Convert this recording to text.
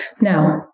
Now